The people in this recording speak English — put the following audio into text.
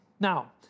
Now